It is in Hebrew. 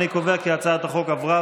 אני קובע כי הצעת החוק עברה,